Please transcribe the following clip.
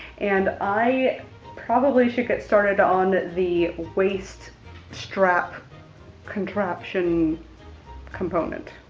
and i probably should get started on the waist strap contraption component.